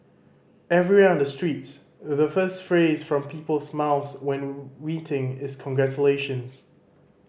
everywhere on the streets The first phrase from people's mouths when meeting is congratulations